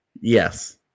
Yes